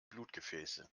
blutgefäße